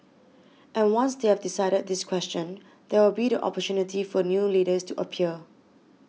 and once they have decided this question there will be the opportunity for new leaders to appear